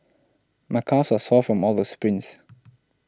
my calves are sore from all the sprints